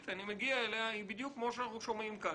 אני מגיע אליה ובדיוק כמו שאנחנו שומעים כאן,